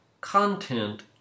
content